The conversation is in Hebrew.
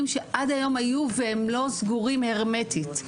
שעד היום היו והם לא סגורים הרמטית.